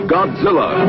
Godzilla